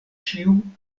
ĉiu